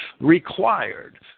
required